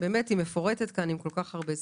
לתוספת השישית והיא מפורטת עם כל כך הרבה סעיפים.